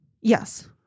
yes